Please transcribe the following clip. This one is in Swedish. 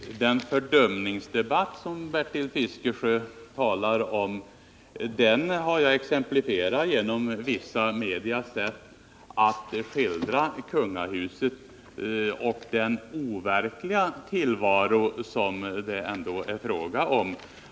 Herr talman! Den fördumningsdebatt som Bertil Fiskesjö talade om har jag exemplifierat genom vissa massmedias sätt att skildra kungahuset och den overkliga tillvaro som det ändå är fråga om.